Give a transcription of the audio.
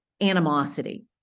animosity